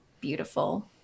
beautiful